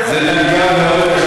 זה פתגם בערבית,